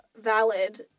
valid